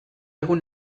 egun